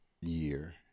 year